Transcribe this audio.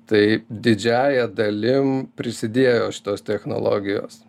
tai didžiąja dalim prisidėjo šitos technologijos